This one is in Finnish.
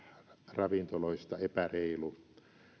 ravintoloista epäreilu